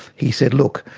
he said, look,